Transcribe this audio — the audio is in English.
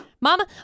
Mama